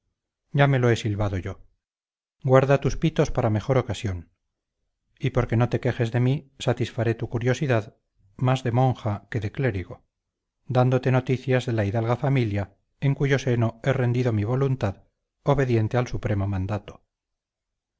ya me lo he silbado yo guarda tus pitos para mejor ocasión y porque no te quejes de mí satisfaré tu curiosidad más de monja que de clérigo dándote noticias de la hidalga familia en cuyo seno he rendido mi voluntad obediente al supremo mandato